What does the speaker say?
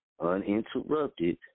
uninterrupted